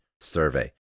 survey